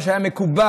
מה שהיה מקובל,